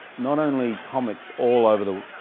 not only comics all over the,